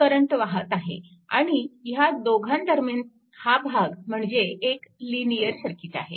त्यात करंट वाहत आहे आणि ह्या दोघांदरम्यान हा भाग म्हणजे एक लिनिअर सर्किट आहे